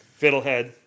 Fiddlehead